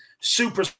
super